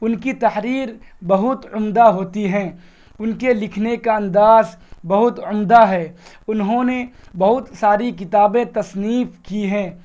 ان کی تحریر بہت عمدہ ہوتی ہے ان کے لکھنے کا انداز بہت عمدہ ہے انہوں نے بہت ساری کتابیں تصنیف کی ہیں